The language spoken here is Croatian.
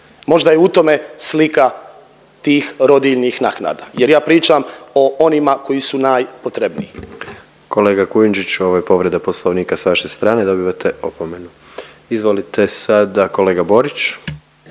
Možda je u tome slika tih rodiljnih naknada jer ja pričam o onima koji su najpotrebniji. **Jandroković, Gordan (HDZ)** Kolega Kujundžić, ovo je povreda Poslovnika s vaše strane. Dobivate opomenu. Izvolite sada kolega Borić.